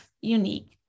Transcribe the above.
unique